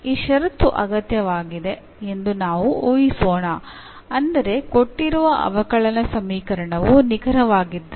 ಈ ಷರತ್ತು ಅಗತ್ಯವಾಗಿದೆ ಎಂದು ನಾವು ಊಹಿಸೋಣ ಅಂದರೆ ಕೊಟ್ಟಿರುವ ಅವಕಲನ ಸಮೀಕರಣವು ನಿಖರವಾಗಿದ್ದರೆ